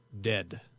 dead